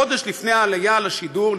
חודש לפני העלייה לשידור,